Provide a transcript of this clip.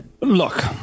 look